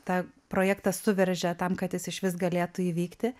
tą projektą suveržia tam kad jis išvis galėtų įvykti